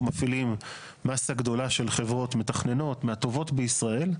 אנחנו מפעילים מסה גדולה של חברות מתכננות מהטובות בישראל,